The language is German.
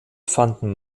fanden